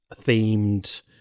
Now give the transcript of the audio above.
themed